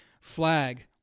flag